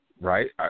right